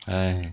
哎